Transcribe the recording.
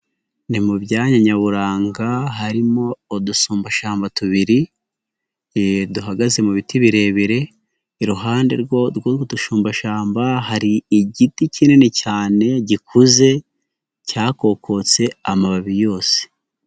Ni mu byanya nyaburanga, harimo udusumbashamba tubiri, duhagaze mu biti birebire, iruhande rw'udusumbashamba, hari igiti kinini cyane gikuze, cyakokotse amababi yose.